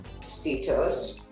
status